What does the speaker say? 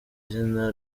izina